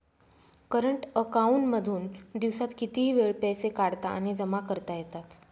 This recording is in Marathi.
करंट अकांऊन मधून दिवसात कितीही वेळ पैसे काढता आणि जमा करता येतात